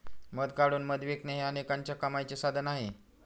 मध काढून मध विकणे हे अनेकांच्या कमाईचे साधन आहे